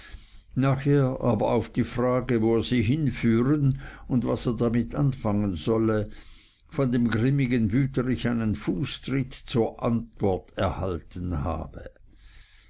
aber auf die frage wo er sie hinführen und was er damit anfangen solle von dem grimmigen wüterich einen fußtritt zur antwort erhalten habe